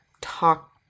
talk